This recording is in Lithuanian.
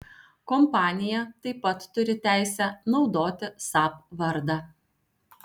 kompanija taip pat turi teisę naudoti saab vardą